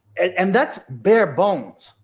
and that's bare bones.